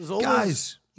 Guys